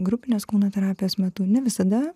grupinės kūno terapijos metu ne visada